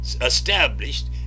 established